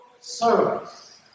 service